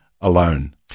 alone